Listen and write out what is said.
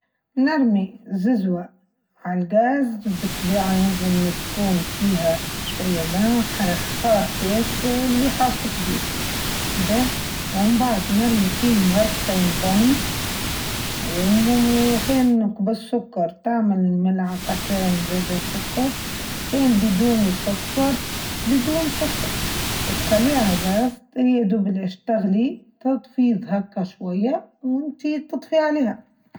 نرمي الززوة على الغاز بالطبع ينزل تكون فيها شوية ماء حيث كار كيس اللي حاشتك به ومن بعد نرمي فيهم غرفتين بون وممكن نكبس سكر تعمل ملعقتين زي ده سكر وكان بدون سكر بدون سكر وتخليها على الغاز هي ده بلاش تغلي تطفيض هكا شوية وانتي تطفي عليها.